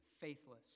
faithless